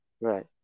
right